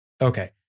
Okay